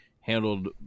handled